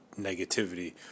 negativity